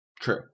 True